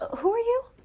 who are you?